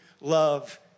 love